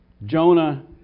Jonah